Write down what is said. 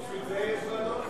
בשביל זה יש ועדות הכנסת.